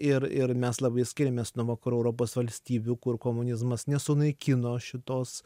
ir ir mes labai skiriamės nuo vakarų europos valstybių kur komunizmas nesunaikino šitos